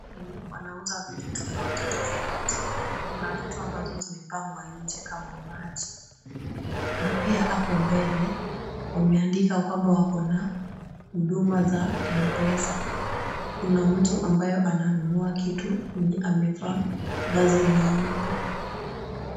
Duka hili wanauza vitu tofauti tofauti. Kuna vitu ambazo zimepangwa nje kama maji na pia hapo mbele wameandika kwamba wako na huduma za M-Pesa. Kuna mtu ambaye ananunua kitu mwenye amevaa vazi nyeupe.